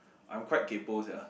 I'm quite kaypoh sia